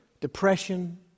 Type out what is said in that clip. depression